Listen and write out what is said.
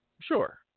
Sure